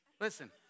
Listen